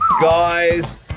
Guys